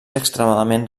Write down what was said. extremadament